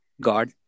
God